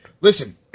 listen